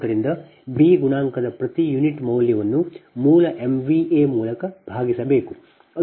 ಆದ್ದರಿಂದ ಬಿ ಗುಣಾಂಕದ ಪ್ರತಿ ಯುನಿಟ್ ಮೌಲ್ಯವನ್ನು ಮೂಲ MVA ಮೂಲಕ ಭಾಗಿಸಬೇಕು